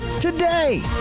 today